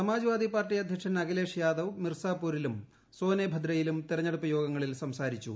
Samajwadi party അദ്ധ്യക്ഷൻ അഖിലേഷ് യാദവ് മിർസാപൂരിലും സോനെഭദ്രയിലും തെരഞ്ഞെടുപ്പ് യോഗങ്ങളിൽ സംസാരിച്ചു